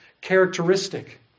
characteristic